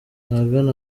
ahagana